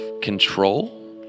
control